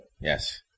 Yes